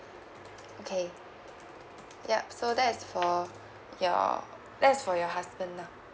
okay ya so that's for your that's for your husband lah